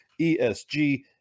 ESG